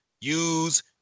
use